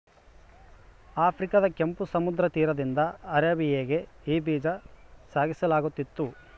ಆಫ್ರಿಕಾದ ಕೆಂಪು ಸಮುದ್ರ ತೀರದಿಂದ ಅರೇಬಿಯಾಗೆ ಈ ಬೀಜ ಸಾಗಿಸಲಾಗುತ್ತಿತ್ತು